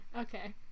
Okay